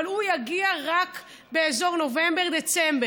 אבל הוא יגיע רק באזור נובמבר-דצמבר.